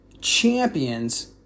champions